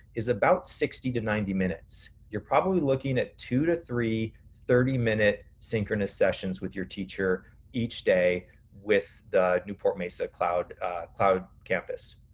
is about sixty to ninety minutes. you're probably looking at two to three, thirty minute synchronous sessions with your teacher each day with the newport-mesa cloud cloud campus.